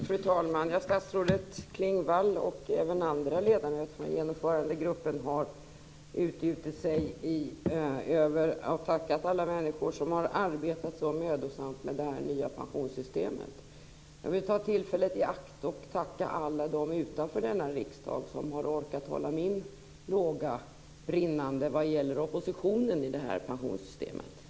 Fru talman! Statsrådet Klingvall och även andra ledamöter från Genomförandegruppen har utgjutit sig över och tackat alla människor som har arbetat så mödosamt med det nya pensionssystemet. Jag vill ta tillfället i akt och tacka alla dem utanför denna riksdag som har orkat hålla min låga brinnande vad gäller oppositionen i pensionssystemet.